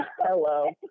Hello